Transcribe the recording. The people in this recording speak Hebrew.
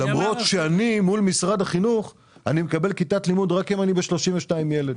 אני מקבל כיתת לימוד רק כשיש לי 32 ילדים.